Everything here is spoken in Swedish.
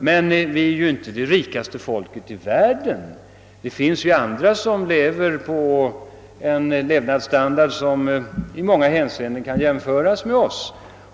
Men svenskarna är ju inte det rikaste folket i världen. Det finns ju andra folk med en levnadsstandard som i många hänseenden kan jämföras med vår.